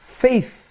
Faith